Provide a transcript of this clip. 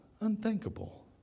unthinkable